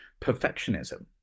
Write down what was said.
perfectionism